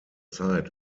zeit